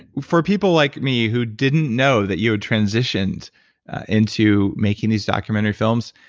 for people like me who didn't know that you had transitioned into making these documentary films,